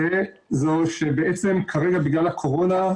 שבעצם כרגע בגלל הקורונה,